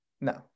No